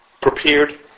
prepared